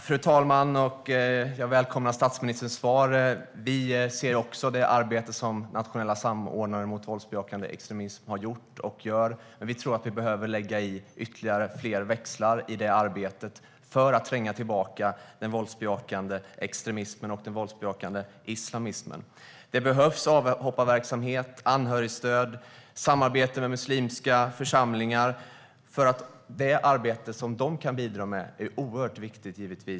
Fru talman! Jag välkomnar statsministerns svar. Vi ser också det arbete som den nationella samordnaren mot våldsbejakande extremism har gjort och gör. Men vi tror att vi behöver lägga in fler växlar i det arbetet för att tränga tillbaka den våldsbejakande extremismen och den våldsbejakande islamismen. Det behövs avhopparverksamhet, anhörigstöd och samarbete med muslimska församlingar. Det arbete som de kan bidra med är givetvis oerhört viktigt.